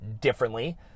differently